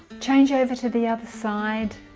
change over to the other side